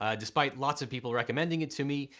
ah despite lots of people recommending it to me.